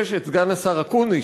יש סגן השר אקוניס,